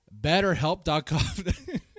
betterhelp.com